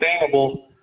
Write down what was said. sustainable